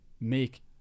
make